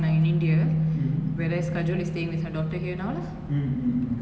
kajol herself adding the prescence to V_I_P two it really made the movie a lot better